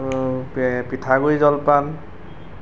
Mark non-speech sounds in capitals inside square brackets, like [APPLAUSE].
[UNINTELLIGIBLE] পিঠাগুড়ি জলপান